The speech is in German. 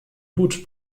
hut